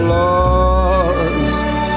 lost